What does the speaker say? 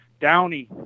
Downey